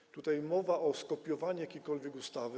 Była tutaj mowa o skopiowaniu jakiejkolwiek ustawy.